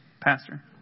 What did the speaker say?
pastor